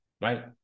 Right